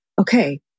okay